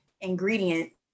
ingredient